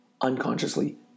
unconsciously